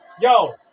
Yo